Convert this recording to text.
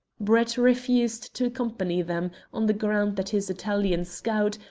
brett refused to accompany them, on the ground that his italian scout,